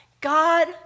God